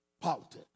politics